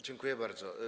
Dziękuję bardzo.